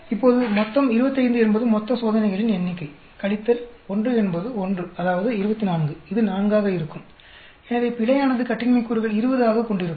இப்போது மொத்தம் 25 என்பது மொத்த சோதனைகளின் எண்ணிக்கை கழித்தல் 1 என்பது 1 அதாவது 24 இது 4 ஆக இருக்கும் எனவே பிழையானது கட்டின்மை கூறுகள் 20 ஆகக் கொண்டிருக்கும்